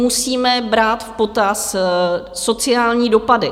Musíme brát v potaz sociální dopady.